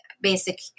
basic